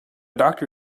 doctor